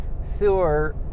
Sewer